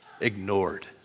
ignored